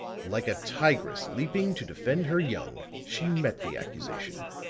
like a tigress leaping to defend her young, she met the accusation.